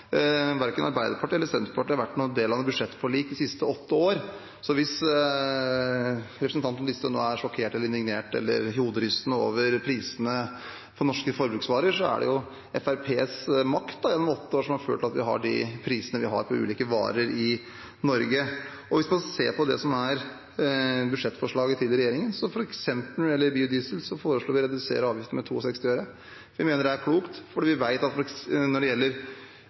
verken Arbeiderpartiet eller Senterpartiet har vært noen del av et budsjettforlik de siste åtte år. Så hvis representanten Listhaug nå er sjokkert, indignert eller hoderystende over prisene på norske forbruksvarer, vil jeg si at det er jo Fremskrittspartiets makt gjennom åtte år som har ført til at vi har de prisene vi har på ulike varer i Norge. Hvis man ser på budsjettforslaget til regjeringen: Når det gjelder f.eks. biodiesel, foreslår vi å redusere avgiftene med 62 øre. Vi mener det er klokt fordi vi vet at når det gjelder